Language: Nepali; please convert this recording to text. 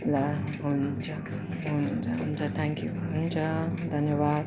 ल हुन्छ हुन्छ हुन्छ थ्याङ्क यू हुन्छ धन्यवाद